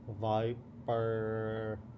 Viper